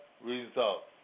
results